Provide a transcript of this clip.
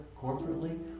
corporately